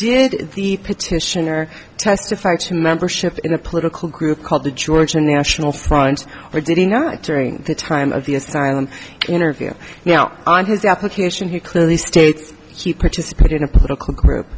did the petitioner testify to membership in a political group called the georgia national front or did he not during the time of the asylum interview now on his application he clearly states he participated in a political group